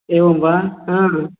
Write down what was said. एवं वा हा